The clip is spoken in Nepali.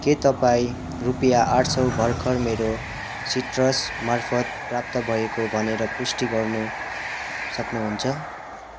के तपाईँ रुपियाँ आठ सय भर्खर मेरो सिट्रस मार्फत प्राप्त भएको भनेर पुष्टि गर्न सक्नु हुन्छ